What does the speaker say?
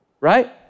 Right